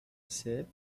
sept